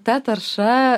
ta tarša